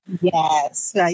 Yes